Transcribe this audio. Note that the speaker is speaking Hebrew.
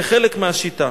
כחלק מהשיטה.